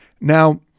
Now